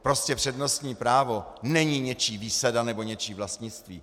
Prostě přednostní právo není něčí výsada nebo něčí vlastnictví.